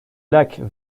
lac